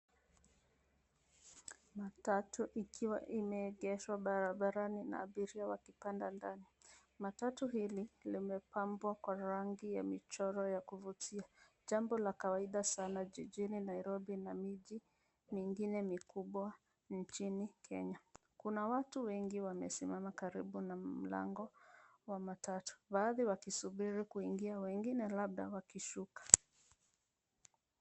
Matatu ikiwa imeegeshwa barabarani na abiria wakipanda ndani. Matatu hili limepambwa kwa rangi ya michoro ya kuvutia jambo la kawaida sana jijini Nairobi na miji mingine mikubwa nchini Kenya. Kuna watu wengi wamesimama karibu na mlango wa matatu. Baadhi wakisubiri kuingia wengine labda wakishuka.